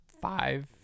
five